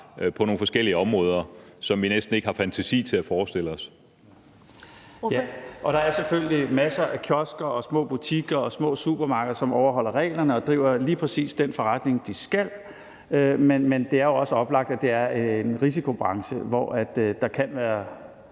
næstformand (Karen Ellemann): Ordføreren. Kl. 19:40 Rune Lund (EL): Der er selvfølgelig masser af kiosker og små butikker og små supermarkeder, som overholder reglerne og driver lige præcis den forretning, de skal. Men det er jo også oplagt, at det er en risikobranche, hvor der kan være